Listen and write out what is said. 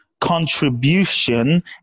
contribution